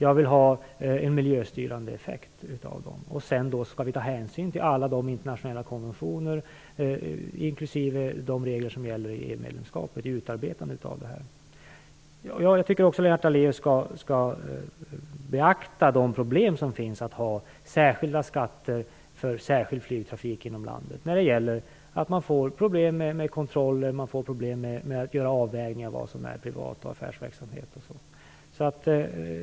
Jag vill ha en avgift som har en sådan effekt att den styr mot bättre miljö. Sedan skall man vid utarbetandet av detta också ta hänsyn till alla internationella konventioner, inklusive de regler som följer med EU-medlemskapet. Jag tycker att Lennart Daléus skall beakta de problem som det finns med att ha särskilda skatter för särskild flygtrafik inom landet. Man får problem med kontrollen och med att göra avvägningar mellan vad som är privat och vad som är affärsverksamhet.